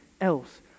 else